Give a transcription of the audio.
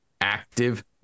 active